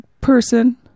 person